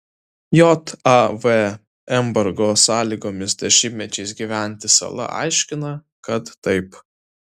jav embargo sąlygomis dešimtmečiais gyvenanti sala aiškina kad taip